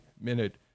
minute